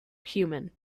human